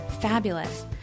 fabulous